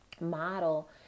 model